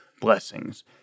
blessings